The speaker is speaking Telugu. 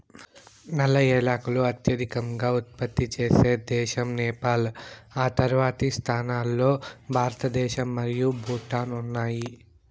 నల్ల ఏలకులు అత్యధికంగా ఉత్పత్తి చేసే దేశం నేపాల్, ఆ తర్వాతి స్థానాల్లో భారతదేశం మరియు భూటాన్ ఉన్నాయి